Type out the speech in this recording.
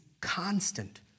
constant